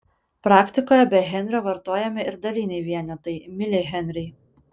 praktikoje be henrio vartojami ir daliniai vienetai milihenriai